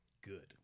Good